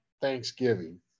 Thanksgiving